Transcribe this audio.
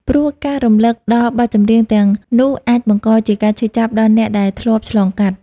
ព្រោះការរំលឹកដល់បទចម្រៀងទាំងនោះអាចបង្កជាការឈឺចាប់ដល់អ្នកដែលធ្លាប់ឆ្លងកាត់។